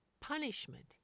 punishment